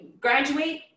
graduate